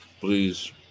please